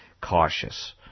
cautious